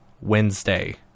Wednesday